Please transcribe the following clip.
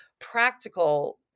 practical